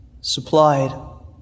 supplied